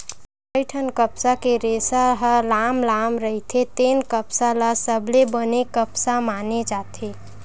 कइठन कपसा के रेसा ह लाम लाम रहिथे तेन कपसा ल सबले बने कपसा माने जाथे